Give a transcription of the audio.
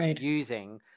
using